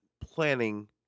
planning